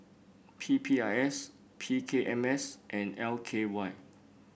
P P I S P K M S and L K Y